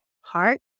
heart